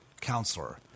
Counselor